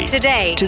Today